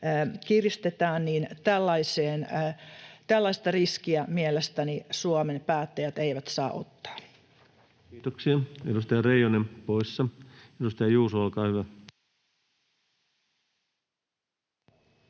kiristetään, niin tällaista riskiä mielestäni Suomen päättäjät eivät saa ottaa. Kiitoksia. — Edustaja Reijonen, poissa. — Edustaja Juuso, olkaa hyvä.